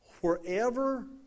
wherever